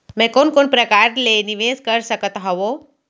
मैं कोन कोन प्रकार ले निवेश कर सकत हओं?